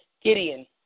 Gideon